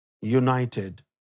united